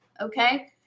Okay